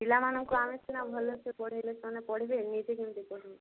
ପିଲାମାନଙ୍କୁ ଆମେ ସିନା ଭଲସେ ପଢ଼ାଇଲେ ସେମାନେ ପଢ଼ିବେ ନିଜେ କେମିତି ପଢ଼ିବେ